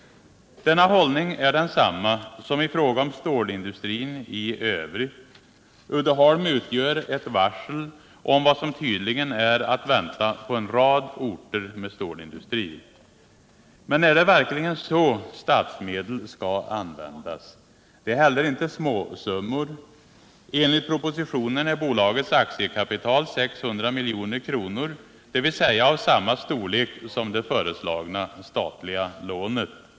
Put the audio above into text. Denna hållning är densamma som i fråga om stålindustrin i övrigt. Uddeholm utgör ett varsel om vad som tydligen är att vänta på en rad orter med stålindustri. Men är det verkligen så statsmedel skall användas? Det är heller inte småsummor. Enligt propositionen är bolagets aktiekapital 600 milj.kr., dvs. av samma storlek som det föreslagna statliga lånet.